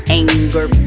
anger